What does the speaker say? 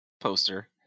poster